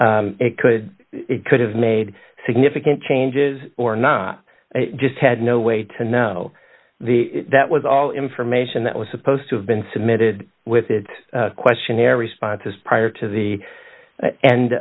made it could it could have made significant changes or not just had no way to know the that was all information that was supposed to have been submitted with it questionnaire responses prior to the end